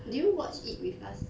did you watch it with us